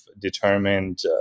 determined